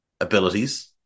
abilities